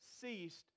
ceased